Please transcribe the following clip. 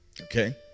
Okay